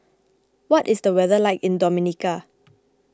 what is the weather like in Dominica